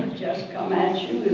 just come at